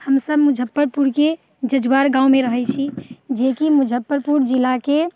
हमसब मुजफ्फरपुरके जजुआर गाममे रहै छी जे कि मुजफ्फरपुर जिलाके